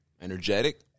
energetic